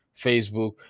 Facebook